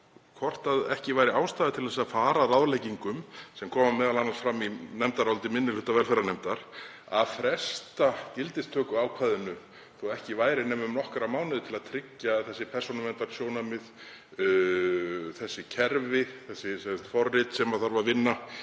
hvort ekki væri ástæða til að fara að ráðleggingum sem koma m.a. fram í nefndaráliti minni hluta velferðarnefndar, að fresta gildistökuákvæðinu þótt ekki væri nema um nokkra mánuði til að tryggja að þessi persónuverndarsjónarmið, þessi kerfi, þessi forrit sem þarf að vinna,